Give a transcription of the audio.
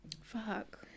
Fuck